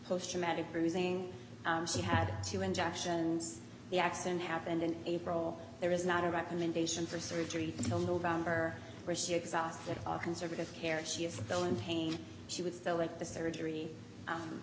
post traumatic bruising she had two injections the accident happened in april there is not a recommendation for surgery until november where she exhausted all conservative care she is still in pain she would still like the surgery